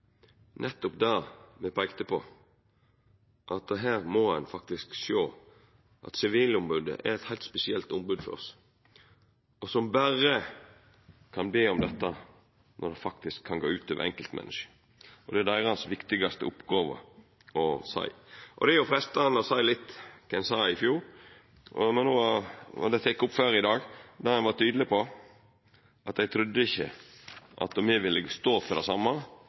nettopp det me peikte på, at her må ein sjå at Sivilombodet er eit heilt spesielt ombod for oss, som berre kan be om dette når det faktisk kan gå ut over enkeltmenneske. Det er deira viktigaste oppgåve å seia frå om. Det er freistande å seia litt av det ein sa i fjor. Det vart teke opp før i dag at ein var tydeleg på at ein ikkje trudde me ville stå for det same